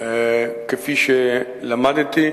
כפי שלמדתי,